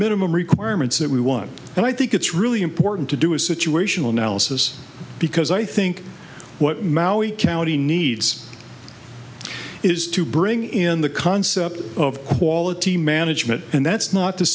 minimum requirements that we want and i think it's really important to do a situational now says because i think what maui county needs is to bring in the concept of quality management and that's not to